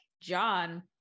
John